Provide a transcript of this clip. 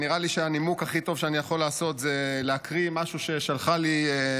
נראה לי שהנימוק הכי טוב שאני יכול לתת הוא להקריא משהו ששלחה לי,